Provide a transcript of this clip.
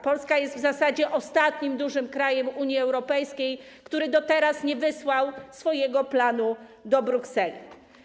Polska jest w zasadzie ostatnim dużym krajem Unii Europejskiej, który do teraz nie wysłał swojego planu do Brukseli.